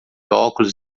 óculos